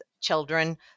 children